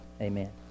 Amen